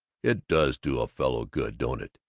it does do a fellow good, don't it,